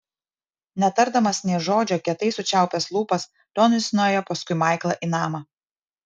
netardamas nė žodžio kietai sučiaupęs lūpas tonis nuėjo paskui maiklą į namą